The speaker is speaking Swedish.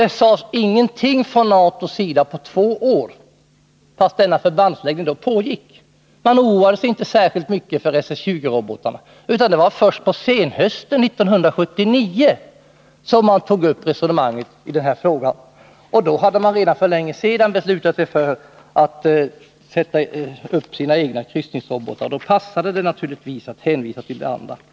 Det sades ingenting från NATO sidan på två år, trots att denna förbandläggning då pågick. Man oroade sig inte särskilt mycket för SS 20-robotarna. Det var först på senhösten 1979 som man tog upp resonemanget i denna fråga, och då hade man redan för länge sedan beslutat sig för att sätta upp sina egna kryssningsrobotar — då passade det naturligtvis att hänvisa till Warszawapaktsrobotarna.